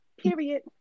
period